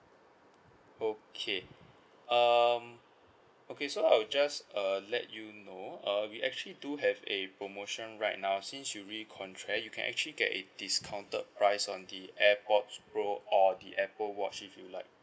okay um okay so I'll just err let you know err we actually do have a promotion right now since you re-contract you can actually get a discounted price on the airpod pro or the apple watch if you'd like